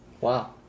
Wow